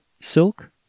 silk